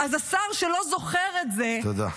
אז השר שלא זוכר את זה --- תודה.